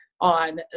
on